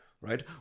right